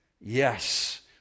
Yes